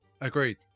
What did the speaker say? Agreed